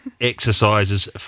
exercises